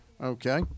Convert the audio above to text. Okay